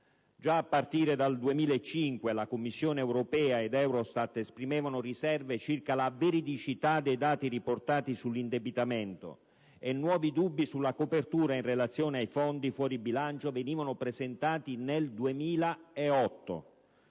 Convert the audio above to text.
Già a partire dal 2005 la Commissione europea ed EUROSTAT esprimevano riserve circa la veridicità dei dati riportati sull'indebitamento e nuovi dubbi sulla copertura in relazione ai fondi fuori bilancio venivano presentati nel 2008.